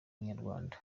n’andi